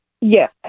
Yes